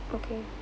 okay